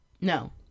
No